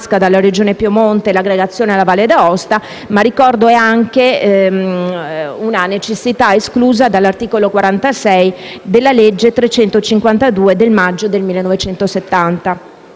dalla Regione Piemonte e l'aggregazione alla Valle D'Aosta. Ricordo altresì che tale necessità è esclusa dall'articolo 46 della legge n. 352 del maggio 1970.